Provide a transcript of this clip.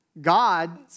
God